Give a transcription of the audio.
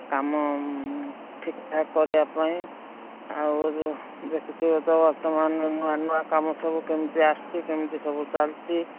କାମ ଠିକ ଠାକ୍ କରିବା ପାଇଁ ଆଉ ଦେଖୁଥିବେ ତ ବର୍ତ୍ତମାନ ନୂଆ ନୂଆ କାମ ସବୁ କେମିତି ଆସୁଛି କେମିତି ସବୁ ଚାଲିଛି